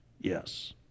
yes